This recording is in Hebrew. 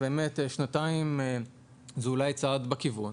שנתיים זה אולי צעד בכיוון